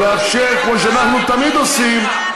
ולאפשר, כמו שאנחנו תמיד עושים,